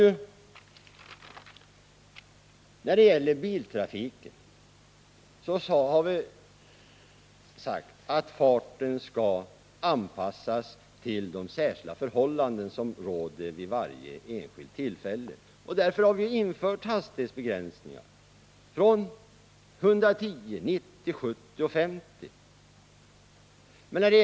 I fråga om biltrafiken har vi sagt att farten skall anpassas till de särskilda förhållanden som råder vid varje enskilt tillfälle, och därför har vi infört hastighetsbegränsningar från 110 och ner till 90, 70 och 50 km i timmen.